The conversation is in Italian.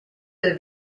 del